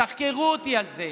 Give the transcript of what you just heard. תחקרו אותי על זה,